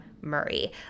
Murray